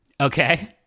Okay